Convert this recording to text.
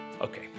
Okay